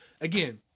Again